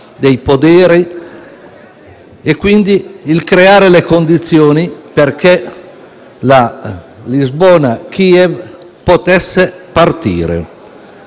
dei poderi e, quindi, creare le condizioni perché il Corridoio Lisbona-Kiev potesse partire.